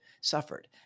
suffered